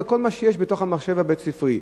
כל מה שיש במחשב הבית-ספרי.